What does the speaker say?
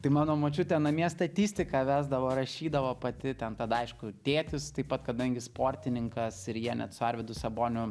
tai mano močiutė namie statistiką vesdavo rašydavo pati ten tada aišku tėtis taip pat kadangi sportininkas ir jie net su arvydu saboniu